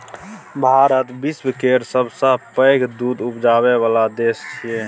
भारत विश्व केर सबसँ पैघ दुध उपजाबै बला देश छै